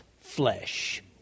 flesh